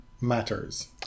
matters